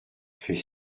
fait